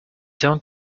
don’t